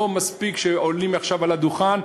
לא מספיק שעולים עכשיו על הדוכן,